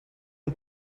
und